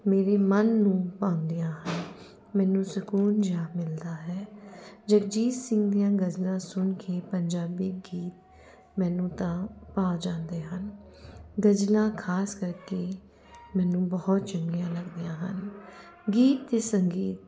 ਮੇਰੇ ਮਨ ਨੂੰ ਭਾਉਂਦੀਆਂ ਹਨ ਮੈਨੂੰ ਸਕੂਨ ਜਿਹਾ ਮਿਲਦਾ ਹੈ ਜਗਜੀਤ ਸਿੰਘ ਦੀਆਂ ਗ਼ਜ਼ਲਾਂ ਸੁਣ ਕੇ ਪੰਜਾਬੀ ਗੀਤ ਮੈਨੂੰ ਤਾਂ ਭਾਅ ਜਾਂਦੇ ਹਨ ਗ਼ਜ਼ਲਾਂ ਖਾਸ ਕਰਕੇ ਮੈਨੂੰ ਬਹੁਤ ਚੰਗੀਆਂ ਲੱਗਦੀਆਂ ਹਨ ਗੀਤ ਅਤੇ ਸੰਗੀਤ